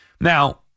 Now